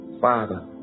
Father